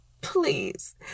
please